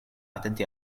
atenti